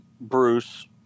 Bruce